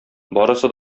барысы